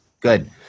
Good